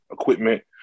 equipment